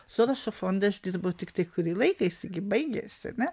sorošo fonde aš dirbau tiktai kurį laiką jisai gi baigėsi ne